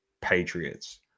Patriots